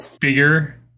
bigger